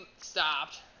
stopped